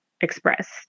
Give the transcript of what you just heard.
express